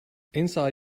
inside